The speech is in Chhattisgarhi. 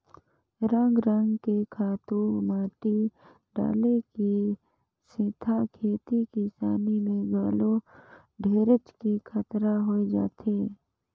रंग रंग के खातू माटी डाले के सेथा खेती किसानी में घलो ढेरेच के खतरा होय जाथे